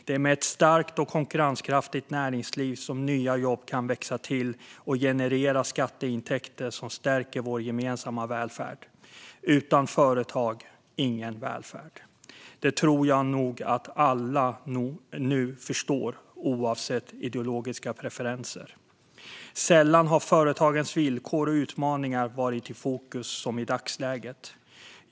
Det är med ett starkt och konkurrenskraftigt näringsliv nya jobb kan växa till och generera skatteintäkter som stärker vår gemensamma välfärd. Utan företag ingen välfärd. Det tror jag att alla nu förstår oavsett ideologiska preferenser. Sällan har företagens villkor och utmaningar varit så i fokus som i dagsläget.